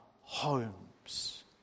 homes